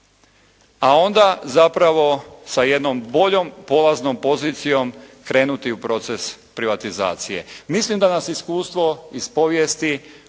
a onda zapravo sa jednom boljom polaznom pozicijom krenuti u proces privatizacije. Mislim da nas iskustvo iz povijesti